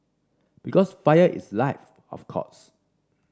because fire is life of course